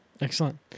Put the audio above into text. Excellent